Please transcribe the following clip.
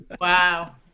Wow